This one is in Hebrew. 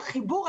החיבור,